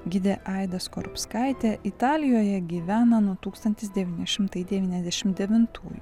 gidė aida skorupskaitė italijoje gyvena nuo tūkstantis devyni šimtai devyniasdešim devintųjų